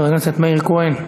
חבר הכנסת מאיר כהן,